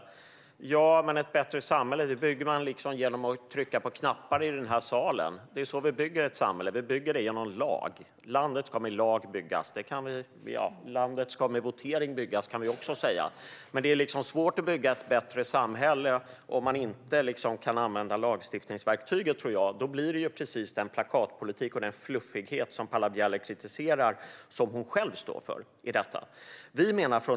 Men, Paula Bieler, ett bättre samhälle bygger man genom att trycka på knappar i den här salen. Vi bygger samhället genom lag. Land ska med lag byggas. Land ska med votering byggas, kan vi också säga. Jag tror att det är svårt att bygga ett bättre samhälle om man inte kan använda lagstiftningsverktyget. Den plakatpolitik och den fluffighet som Paula Bieler kritiserar står hon för själv.